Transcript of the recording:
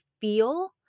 feel